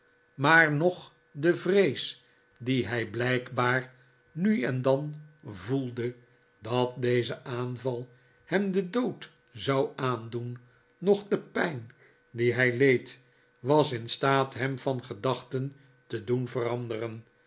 maar noch de vrees die hij biijkbaar nu en dan voelde dat deze aanval hem den dood zou aandoen noch de pijn die hij leed was in staat hem van gedachten te doen veranderen